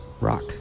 rock